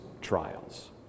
trials